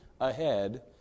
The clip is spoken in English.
ahead